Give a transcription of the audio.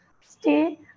stay